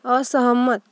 असहमत